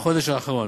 החודש האחרון.